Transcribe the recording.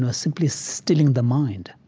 and simply stilling the mind.